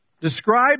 Describe